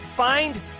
Find